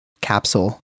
capsule